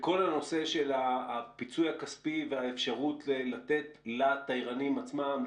בכל הנושא של הפיצוי הכספי והאפשרות לתת לתיירנים עצמם,